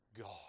God